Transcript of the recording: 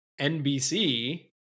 NBC